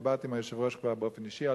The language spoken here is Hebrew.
ודיברתי עם היושב-ראש כבר באופן אישי על